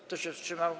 Kto się wstrzymał?